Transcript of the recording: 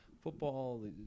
football